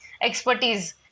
expertise